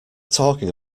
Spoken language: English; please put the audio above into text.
talking